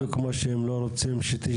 זה בדיוק כמו שהם לא רוצים שתשמור.